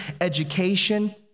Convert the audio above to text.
education